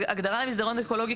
ההגדרה למסדרון אקולוגי,